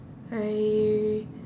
I